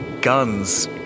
guns